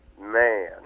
Man